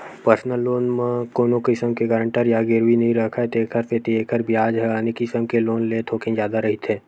personal loan म कोनो किसम के गारंटर या गिरवी नइ राखय तेखर सेती एखर बियाज ह आने किसम के लोन ले थोकिन जादा रहिथे